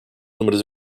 números